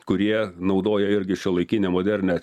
kurie naudoja irgi šiuolaikinę modernią